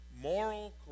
moral